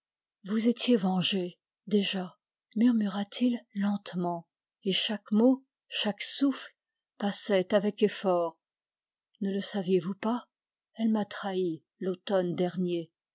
yous étiez vengé déjà murmura-t-il lentement et chaque mot chaque souffle passait avec effort ne le saviezvous pas elle m'a trahi l'automne dernier